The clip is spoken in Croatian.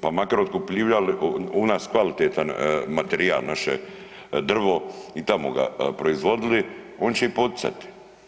pa makar otkupljivali u nas kvalitetan materijal, naše drvo i tamo ga proizvodili, oni će i poticati.